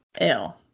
ill